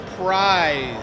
Prize